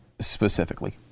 specifically